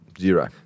Zero